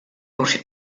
durch